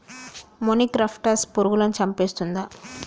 మొనిక్రప్టస్ పురుగులను చంపేస్తుందా?